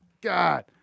God